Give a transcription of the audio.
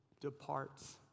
departs